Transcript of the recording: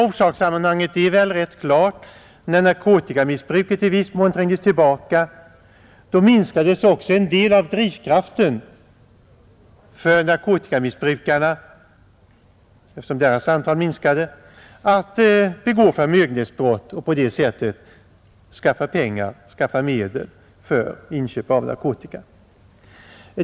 Orsakssammanhanget är väl rätt klart. När narkotikamissbruket i viss mån trängdes tillbaka minskade också en del av drivkraften för narkotikamissbrukarna att begå förmögenhetsbrott för att på det sättet skaffa medel till inköp av narkotika.